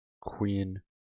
queen